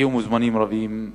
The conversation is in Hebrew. הגיעו מוזמנים רבים,